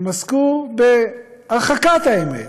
הן עסקו בהרחקת האמת.